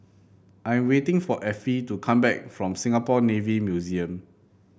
I am waiting for Effie to come back from Singapore Navy Museum